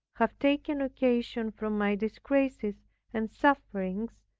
have taken occasion from my disgraces and sufferings,